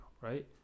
right